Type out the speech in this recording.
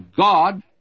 God